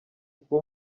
kuko